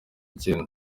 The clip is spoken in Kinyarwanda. icyenda